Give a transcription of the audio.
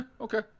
okay